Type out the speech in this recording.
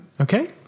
Okay